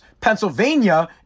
Pennsylvania